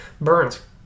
Burns